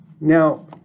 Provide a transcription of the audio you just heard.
Now